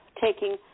taking